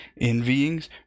envyings